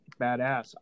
badass